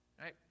Right